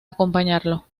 acompañarlo